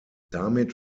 damit